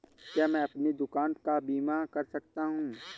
क्या मैं अपनी दुकान का बीमा कर सकता हूँ?